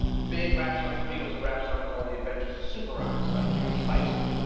big rap song for me was a rap song called the adventures of super rhymes, by jimmy spicer.